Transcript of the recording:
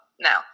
now